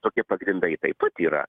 tokie pagrindai taip pat yra